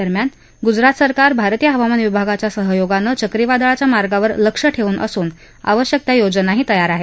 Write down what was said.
दरम्यान गुजरात सरकार भारतीय हवामान विभागाच्या सहयोगानं चक्रीवादळाच्या मार्गावर लक्ष ठेवून असून आवश्यकत्या योजनाही तयार आहेत